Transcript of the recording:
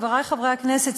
חברי חברי הכנסת,